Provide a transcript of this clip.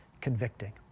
convicting